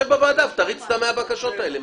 בוועדה ותריץ את 100 הבקשות האלו.